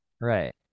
Right